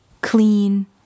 clean